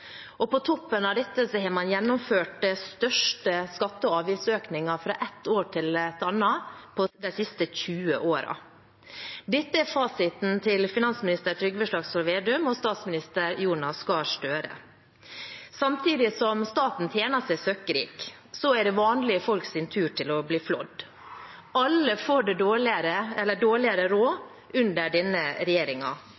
toppen av dette har man gjennomført den største skatte- og avgiftsøkningen fra ett år til et annet på de siste 20 årene. Dette er fasiten til finansminister Trygve Slagsvold Vedum og statsminister Jonas Gahr Støre. Samtidig som staten tjener seg søkkrik, er det vanlige folks tur til å bli flådd. Alle får dårligere